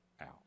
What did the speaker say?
out